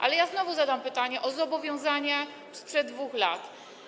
Ale ja znowu zadam pytanie o zobowiązania sprzed 2 lat.